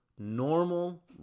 normal